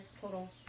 total